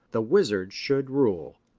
the wizards should rule,